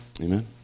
Amen